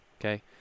okay